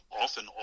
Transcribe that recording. often